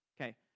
Okay